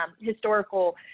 historical